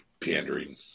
pandering